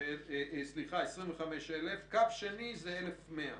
במסרון כתוב: אתה יכול להשיג בטלפון זה וזה.